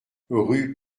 rue